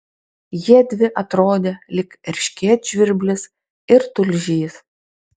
jiedvi atrodė lyg erškėtžvirblis ir tulžys